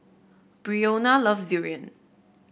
Brionna loves durian